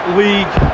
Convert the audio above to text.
league